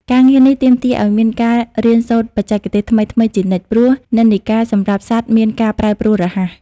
ការងារនេះទាមទារឱ្យមានការរៀនសូត្របច្ចេកទេសថ្មីៗជានិច្ច ព្រោះនិន្នាការសម្រស់សត្វមានការប្រែប្រួលរហ័ស។